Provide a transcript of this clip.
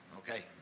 okay